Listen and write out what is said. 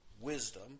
wisdom